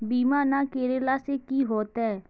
बीमा ना करेला से की होते?